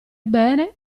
bene